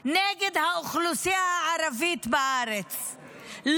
נגד האוכלוסייה הערבית בארץ,